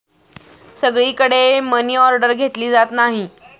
सगळीकडे मनीऑर्डर घेतली जात नाही